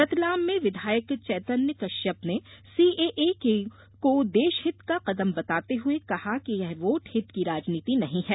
रतलाम में विधायक चेतन्य कश्यप ने सीएए को देशहित का कदम बताते हुए कहा कि यह वोट हित की राजनीति नहीं है